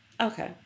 Okay